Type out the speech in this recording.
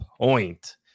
point